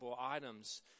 items